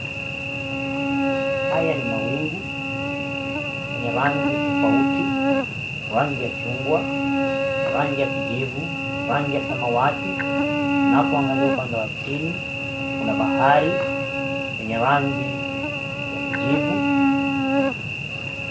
Haya ni mawingu ya rangi tofauti rangi ya chungwa, rangi ya kijivu rangi ya samawati. Unapoangalia upande wa chini kuna bahari ya kijivu.